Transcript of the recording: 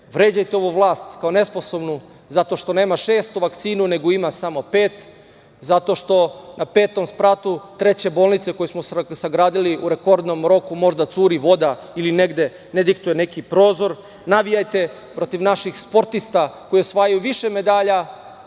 vređajte ovu vlast kao nesposobnu zato što nema šestu vakcinu, nego ima samo pet, zato što na petom spratu treće bolnice koju smo sagradili u rekordnom roku možda curi voda ili negde ne dihtuje neki prozor. Navijajte protiv naših sportista, koji osvajaju više medalja